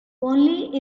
only